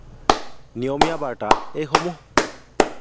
নিয়মীয়া বাৰ্তা এইসমূহ